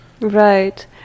right